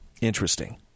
Interesting